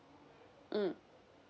mm